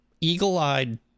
eagle-eyed